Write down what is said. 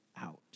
out